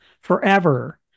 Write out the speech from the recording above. forever